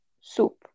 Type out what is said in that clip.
Soup